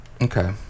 Okay